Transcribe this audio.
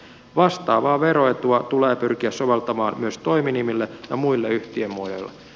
vastaavaa veroetua tulee pyrkiä soveltamaan myös toiminimille ja muille yhtiömuodoille